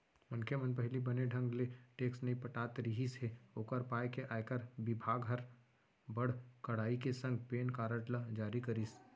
मनखे मन पहिली बने ढंग ले टेक्स नइ पटात रिहिस हे ओकर पाय के आयकर बिभाग हर बड़ कड़ाई के संग पेन कारड ल जारी करिस